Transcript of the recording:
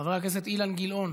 חבר הכנסת אילן גילאון,